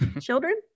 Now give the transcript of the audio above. children